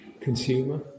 consumer